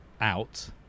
out